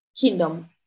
kingdom